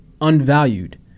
unvalued